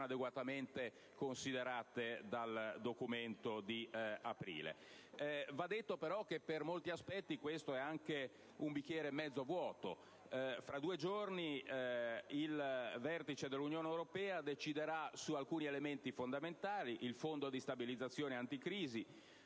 adeguatamente considerate nel documento di aprile. Va detto, però, che per molti aspetti il bicchiere può essere anche considerato mezzo vuoto: tra due giorni il vertice dell'Unione europea deciderà su alcuni elementi fondamentali, come il fondo di stabilizzazione anticrisi